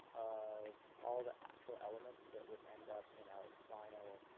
of all the actual elements that would end up in our final